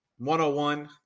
101